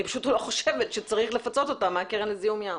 אני פשוט לא חושבת שצריך לפצות אותם מהקרן לזיהום ים.